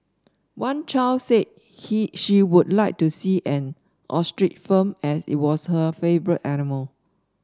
one child said he she would like to see an ostrich farm as it was her favourite animal